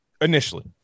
initially